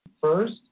first